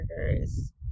burgers